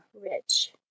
rich